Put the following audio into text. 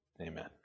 Amen